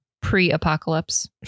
pre-apocalypse